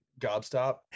gobstop